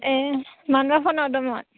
ए मानोबा फन हरदोंमोन